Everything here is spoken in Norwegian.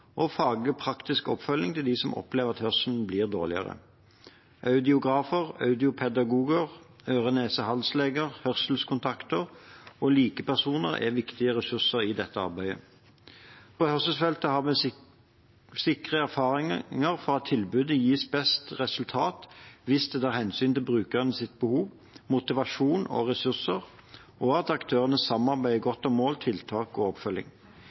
og faglig praktisk oppfølging til dem som opplever at hørselen blir dårligere. Audiografer, audiopedagoger, øre-nese-hals-leger, hørselskontakter og likepersoner er viktige ressurser i dette arbeidet. På hørselsfeltet har vi sikre erfaringer fra at tilbudet gir best resultat hvis det tar hensyn til brukerens behov, motivasjon og ressurser, og at aktørene samarbeider godt om mål, tiltak og oppfølging.